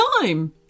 time